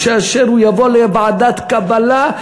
כאשר הוא יבוא לוועדת קבלה,